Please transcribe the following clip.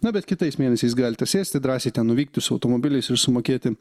na bet kitais mėnesiais galite sėsti drąsiai ten nuvykti su automobiliais ir sumokėti